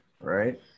right